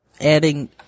adding